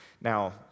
Now